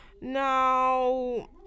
now